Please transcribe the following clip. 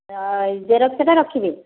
ଜେରକ୍ସଟା ରଖିବେ